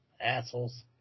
Assholes